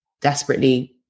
desperately